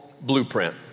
blueprint